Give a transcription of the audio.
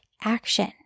action